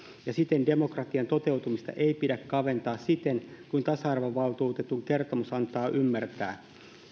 ja siten demokratian toteutumista ei pidä kaventaa siten kuin tasa arvovaltuutetun kertomus antaa ymmärtää